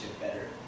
better